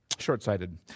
short-sighted